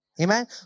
Amen